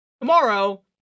tomorrow